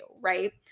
Right